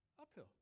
uphill